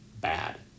bad